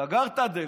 סגר את הדלת,